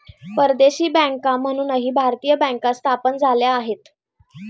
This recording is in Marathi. परदेशी बँका म्हणूनही भारतीय बँका स्थापन झाल्या आहेत